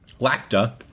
Lacta